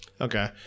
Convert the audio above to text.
Okay